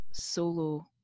solo